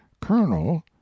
colonel